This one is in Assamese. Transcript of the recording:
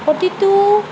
প্ৰতিটো